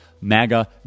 MAGA